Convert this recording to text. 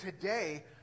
today